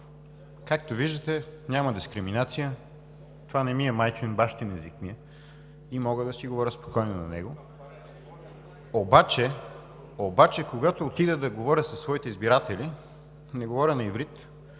Както виждате няма дискриминация. Това не ми е майчин – бащин език ми е, и мога да си говоря спокойно на него. Но когато отида да говоря със своите избиратели, не говоря на иврит,